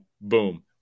boom